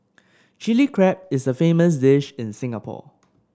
Chilli Crab is a famous dish in Singapore